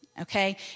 Okay